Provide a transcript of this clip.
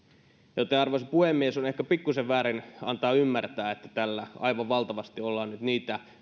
joten arvoisa puhemies on ehkä pikkuisen väärin antaa ymmärtää että tällä aivan valtavasti ollaan nyt niitä